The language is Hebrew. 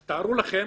אז תארו לכם,